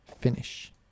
Finish